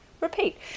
Repeat